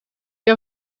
heb